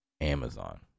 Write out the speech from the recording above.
Amazon